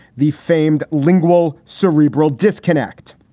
the famed lingual cerebral disconnect.